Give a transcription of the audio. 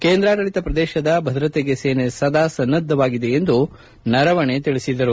ಕೇಂದ್ರಾಡಳತ ಪ್ರದೇಶದ ಭದ್ರತೆಗೆ ಸೇನೆ ಸದಾ ಸನ್ನದ್ಗಾಗಿದೆ ಎಂದು ನರವಣೆ ತಿಳಿಸಿದರು